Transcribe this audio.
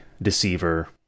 Deceiver